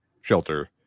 shelter